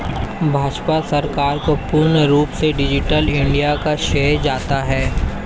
भाजपा सरकार को पूर्ण रूप से डिजिटल इन्डिया का श्रेय जाता है